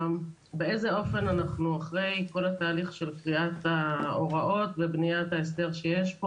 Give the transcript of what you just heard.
באיזה אופן אנחנו אחרי כל התהליך של קריאת ההוראות ובניית ההסדר שיש פה.